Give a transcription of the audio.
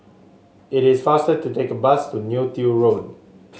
it is faster to take the bus to Neo Tiew Road